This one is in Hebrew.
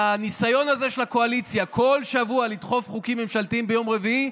הניסיון הזה של הקואליציה כל שבוע לדחוף חוקים ממשלתיים ביום רביעי,